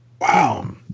Wow